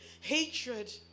hatred